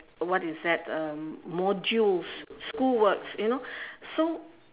what is that um modules school works you know so